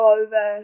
over